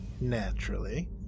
Naturally